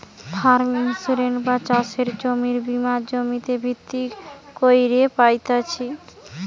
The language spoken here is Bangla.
ফার্ম ইন্সুরেন্স বা চাষের জমির বীমা জমিতে ভিত্তি কইরে পাইতেছি